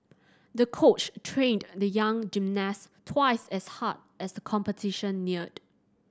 the coach trained the young gymnast twice as hard as the competition neared